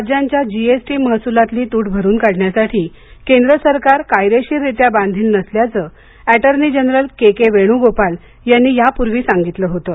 राज्यांच्या G S T महसुलातली तूट भरून काढण्यासाठी केंद्र सरकार कायदेशीर रित्या बांधील नसल्याचं ऍटर्नी जनरल के के वेणूगोपाल यांनी यापूर्वी सांगितल होतं